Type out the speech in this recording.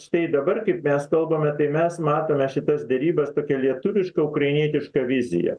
štai dabar kaip mes kalbame tai mes matome šitas derybas tokia lietuviška ukrainietiška vizija